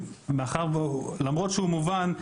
למרות שהוא מובן,